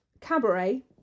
Cabaret